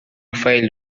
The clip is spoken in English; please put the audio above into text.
file